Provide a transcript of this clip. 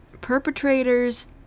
perpetrators